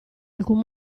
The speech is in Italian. alcun